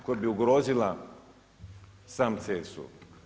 Koja bi ugrozila sam CSU.